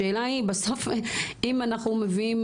השאלה היא אם אנחנו מביאים